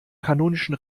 kanonischen